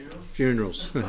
Funerals